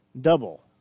double